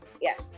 yes